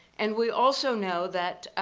and we also know that